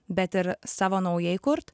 bet ir savo naujai kurt